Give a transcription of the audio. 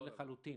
לחלוטין.